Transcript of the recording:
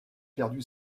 perdu